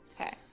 Okay